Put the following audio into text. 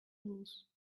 lose